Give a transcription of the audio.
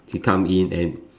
she come in and